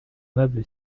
meublé